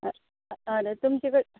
हय आं ऑर्डर तुमचे कडेन